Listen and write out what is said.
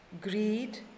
Greed